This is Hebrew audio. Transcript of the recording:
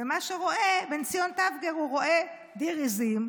ובן ציון טבגר רואה דיר עיזים,